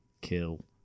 kill